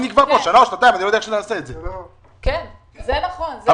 זה נכון.